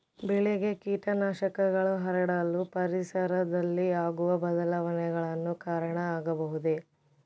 ಬೆಳೆಗೆ ಕೇಟನಾಶಕಗಳು ಹರಡಲು ಪರಿಸರದಲ್ಲಿ ಆಗುವ ಬದಲಾವಣೆಗಳು ಕಾರಣ ಆಗಬಹುದೇ?